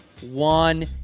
one